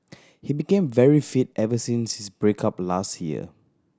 he became very fit ever since his break up last year